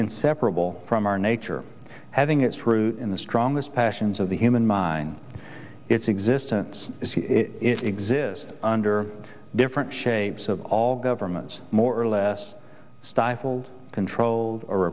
inseparable from our nature having its roots in the strongest passions of the human mind its existence exists under different shapes of all governments more or less stifled controlled